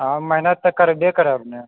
हम मेहनत तऽ करबे करब ने